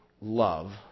love